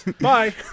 Bye